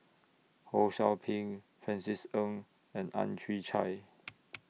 Ho SOU Ping Francis Ng and Ang Chwee Chai